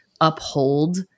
uphold